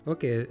Okay